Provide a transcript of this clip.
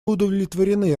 удовлетворены